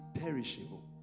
perishable